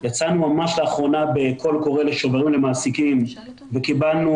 יצאנו ממש לאחרונה בקול קורא לשוברים למעסיקים וקיבלנו